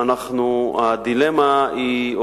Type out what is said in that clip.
הדילמה היא,